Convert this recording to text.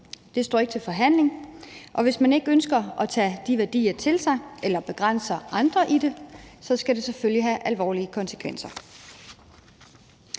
Det står ikke til forhandling, og hvis man ikke ønsker at tage de værdier til sig eller begrænser andre i at tage dem til sig, skal det selvfølgelig have alvorlige konsekvenser.